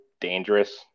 dangerous